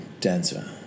dancer